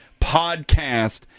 podcast